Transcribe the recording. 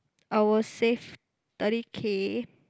I will save thirty K